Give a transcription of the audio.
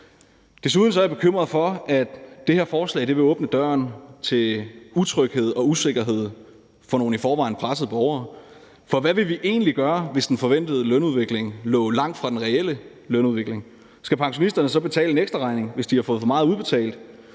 Desuden er jeg bekymret for, at det her forslag vil åbne døren til utryghed og usikkerhed for nogle i forvejen pressede borgere. For hvad ville vi egentlig gøre, hvis den forventede lønudvikling lå langt fra den reelle lønudvikling? Skal pensionisterne så betale en ekstraregning, hvis de har fået for meget udbetalt,